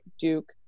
Duke